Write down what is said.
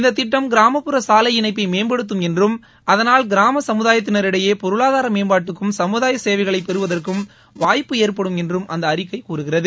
இந்தக் திட்டம் கிராமப்புற சாலை இணைப்பை மேம்படுத்தும் என்றும் அதனால் கிராம சமுதாயத்தினரிடையே பொருளாதார மேம்பாட்டுக்கும் சமுதாய சேவைகளை பெறுவதற்கும் வாய்ப்பு ஏற்படும் என்று அந்த அறிக்கை கூறுகிறது